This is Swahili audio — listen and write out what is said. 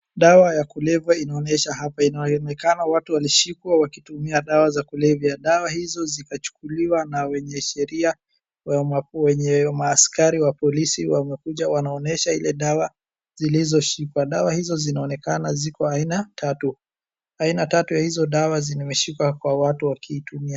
Dawa ya kulevya inaonyesha hapa inaonekana watu walishikwa wakitumia dawa za kulevya dawa hizo zimechukuliwa na wenye sheria .Maskari wa polisi wamekuja wanaonyesha ile dawa zilizoshikwa kwa dawa hizo zinaonekana ziko aina tatu ,aina tatu za hizo dawa zimeshikwa kwa watu wakitumia.